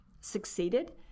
succeeded